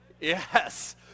Yes